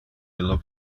illo